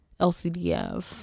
LCDF